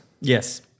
Yes